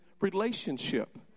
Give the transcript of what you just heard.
relationship